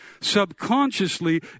Subconsciously